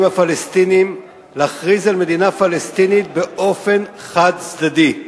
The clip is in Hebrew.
הפלסטינים להכריז על מדינה פלסטינית באופן חד-צדדי.